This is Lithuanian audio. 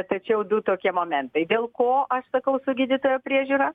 tačiau du tokie momentai dėl ko aš sakau su gydytojo priežiūra